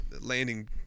landing